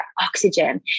oxygen